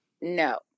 No